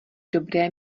dobré